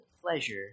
pleasure